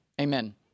Amen